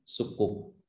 sukuk